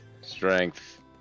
strength